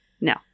No